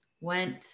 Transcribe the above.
went